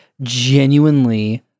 genuinely